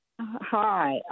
Hi